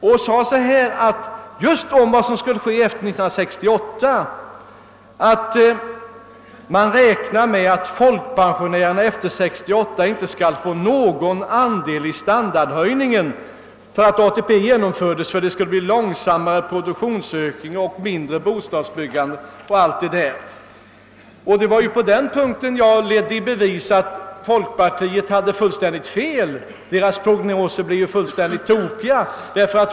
Han sade att man kunde räkna med att folkpensionärerna efter 1968 inte skulle få någon andel av standardhöjningen. Om vi genomförde ATP skulle nämligen produktionsökningen bli långsammare, bostadsbyggandet mindre 0. s. Vv. Det var på den punkten jag ledde i bevis att folkpartiet hade fel och att partiets prognoser var helt oriktiga.